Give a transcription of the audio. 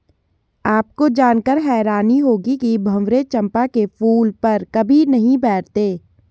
आपको जानकर हैरानी होगी कि भंवरे चंपा के फूल पर कभी नहीं बैठते